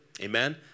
amen